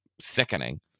sickening